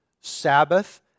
Sabbath